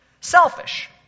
selfish